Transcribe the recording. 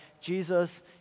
Jesus